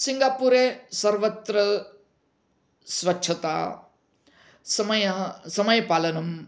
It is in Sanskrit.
सिङ्गापुरे सर्वत्र स्वच्छता समयः समयपालनं